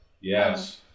Yes